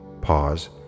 Pause